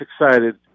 excited